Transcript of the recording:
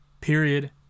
Period